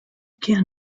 can